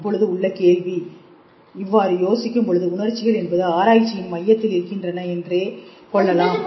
இப்பொழுது உள்ள கேள்வி இவ்வாறு யோசிக்கும் பொழுது உணர்ச்சிகள் என்பது ஆராய்ச்சியின் மையத்தில் இருக்கின்றன என்றே கொள்ளலாம்